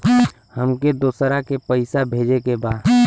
हमके दोसरा के पैसा भेजे के बा?